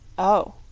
oh,